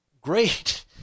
great